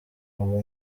ubu